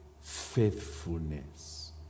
faithfulness